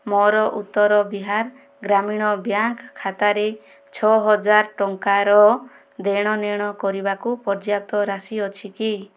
ମୋର ଉତ୍ତର ବିହାର ଗ୍ରାମୀଣ ବ୍ୟାଙ୍କ୍ ଖାତାରେ ଛଅହଜାର ଟଙ୍କାର ଦେଣନେଣ କରିବାକୁ ପର୍ଯ୍ୟାପ୍ତ ରାଶି ଅଛି କି